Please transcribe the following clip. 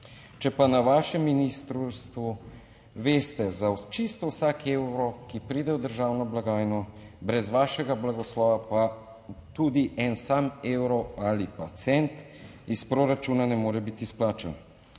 Če pa na vašem ministrstvu veste za čisto vsak evro, ki pride v državno blagajno, brez vašega blagoslova pa tudi en sam evro ali pa cent iz proračuna ne more biti izplačan.